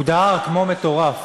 הוא דהר כמו מטורף.